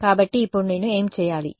కాబట్టి ఇప్పుడు నేను ఏమి చేయాలి